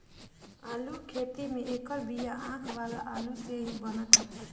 आलू के खेती में एकर बिया आँख वाला आलू से ही बनत हवे